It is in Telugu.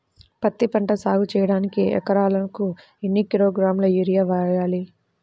పత్తిపంట సాగు చేయడానికి ఎకరాలకు ఎన్ని కిలోగ్రాముల యూరియా వేయాలి?